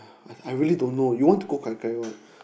I really don't know you want to go gai gai or what